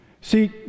See